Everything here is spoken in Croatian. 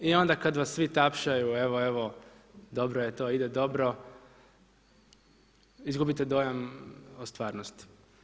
I onda kada vas svi tapšaju evo, evo, dobro je to ide dobro, izgubite dojam o stvarnosti.